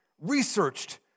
researched